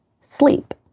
sleep